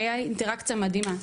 הייתה אינטראקציה מדהימה.